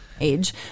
age